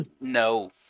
no